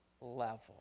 level